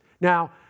Now